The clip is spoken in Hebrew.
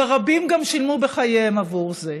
ורבים גם שילמו בחייהם עבור זה.